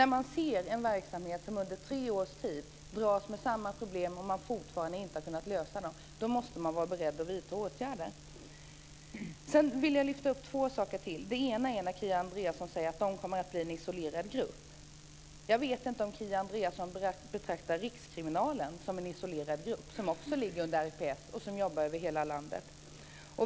När man ser en verksamhet som under tre års tid har dragits med samma problem och man fortfarande inte har kunnat lösa dem, då måste man vara beredd att vidta åtgärder. Sedan vill jag lyfta upp två saker till. Den ena är när Kia Andreasson säger att de kommer att bli en isolerad grupp. Jag vet inte om Kia Andreasson betraktar Rikskriminalen som en isolerad grupp. De ligger också under RPS och jobbar över hela landet.